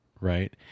right